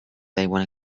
taiwan